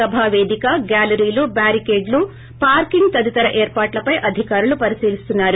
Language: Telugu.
సభా పేదిక గ్యాలరీలు బారి కేడ్లు పార్కింగ్ తదితర ఏర్పాట్లపై అధికారులు పరిశీలిస్తున్నారు